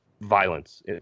violence